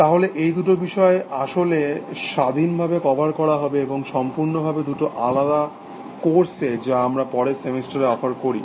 তাহলে এই দুটো বিষয় আসলে স্বাধীনভাবে কভার করা হবে এবং সম্পূর্ণভাবে দুটো আলাদা কোর্সে যা আমরা পরের সেমিস্টারে অফার করি